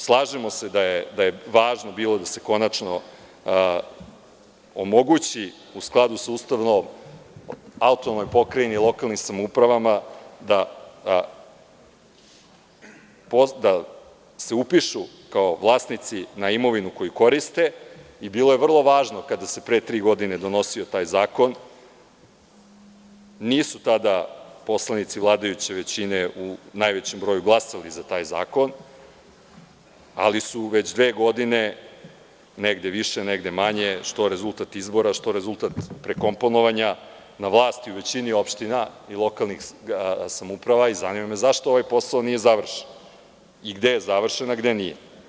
Slažemo se da je važno bilo da se konačno omogući, u skladu sa Ustavom, AP i lokalnim samoupravama da se upišu kao vlasnici na imovinu koju koriste i bilo je vrlo važno, kada se pre tri godine donosio taj zakon, nisu tada poslanici vladajuće većine u najvećem broju glasali za taj zakon ali su već dve godine, negde više, negde manje, što rezultat izbora, što rezultat prekomponovanja, na vlasti u većini opština i lokalnih samouprava i zanima me zašto ovaj posao nije završen i gde je završen a gde nije?